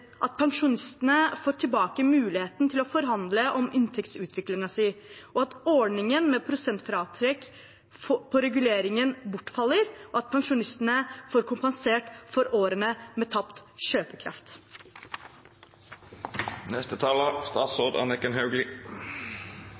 at pensjonistene får tilbake muligheten til å forhandle om inntektsutviklingen sin, at ordningen med prosentfratrekk på reguleringen bortfaller, og at pensjonistene får kompensert for årene med tapt